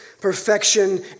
perfection